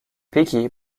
peki